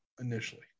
initially